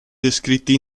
descritti